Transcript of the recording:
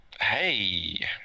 hey